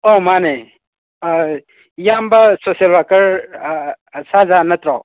ꯑꯣ ꯃꯥꯟꯅꯦ ꯏꯌꯥꯝꯕ ꯁꯣꯁꯦꯜ ꯋꯥꯛꯀꯔ ꯑꯥꯁꯥꯖꯥꯟ ꯅꯠꯇ꯭ꯔꯣ